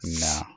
No